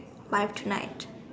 live tonight